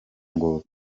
ngo